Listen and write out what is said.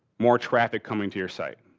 more traffic coming to your site.